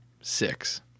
six